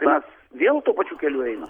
mes vėl tuo pačiu keliu einam